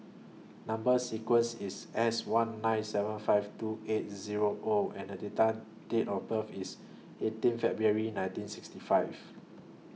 Number sequence IS S one nine seven five two eight Zero O and The Data Date of birth IS eighteen February nineteen sixty five